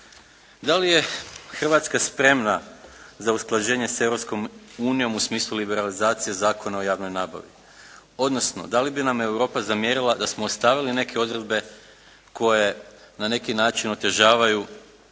Da li je Hrvatska spremna za usklađenje s Europskom unijom u smislu liberalizacije Zakona o javnoj nabavi, odnosno da li bi nam Europa zamjerila da smo ostavili neke odredbe koje na neki način otežavaju